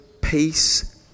peace